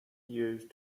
used